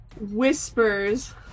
whispers